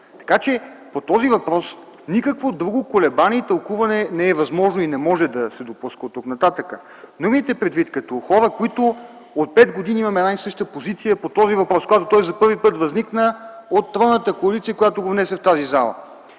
Така че по този въпрос никакво друго колебание и тълкуване не е възможно и не може да се допуска оттук нататък. Имайте предвид, че като хора, които от пет години имаме една и съща позиция по този въпрос, когато той за първи път възникна от тройната коалиция, която го внесе в тази зала,